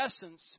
essence